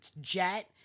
jet